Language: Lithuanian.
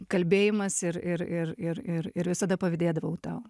kalbėjimas ir ir ir ir ir ir visada pavydėdavau tau